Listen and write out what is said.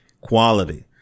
quality